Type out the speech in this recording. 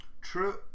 True